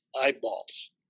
eyeballs